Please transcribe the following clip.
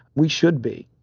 we should be.